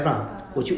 ah ah